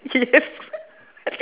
yes